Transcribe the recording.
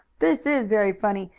this is very funny!